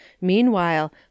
Meanwhile